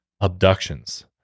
abductions